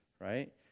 right